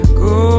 go